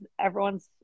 everyone's